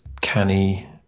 Canny